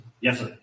Yes